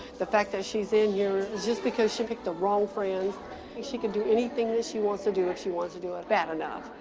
the fact that she's in here is just because she picked the wrong friends, and she can do anything that she wants to do if she wants to do it bad enough,